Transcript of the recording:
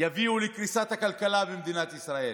והם יביאו לקריסת הכלכלה במדינת ישראל,